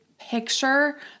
picture